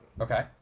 Okay